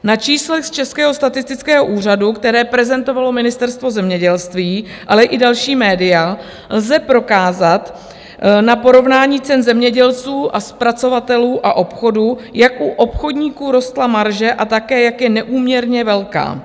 Na číslech z Českého statistického úřadu, která prezentovalo Ministerstvo zemědělství, ale i další média, lze prokázat na porovnání cen zemědělců a zpracovatelů a obchodů, jak u obchodníků rostla marže a také jak je neúměrně velká.